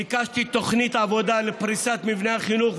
ביקשתי תוכנית עבודה לפריסת מבני החינוך,